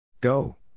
Go